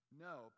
No